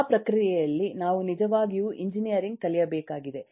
ಆ ಪ್ರಕ್ರಿಯೆಯಲ್ಲಿ ನಾವು ನಿಜವಾಗಿಯೂ ಎಂಜಿನಿಯರಿಂಗ್ ಕಲಿಯಬೇಕಾಗಿದೆ